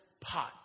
pot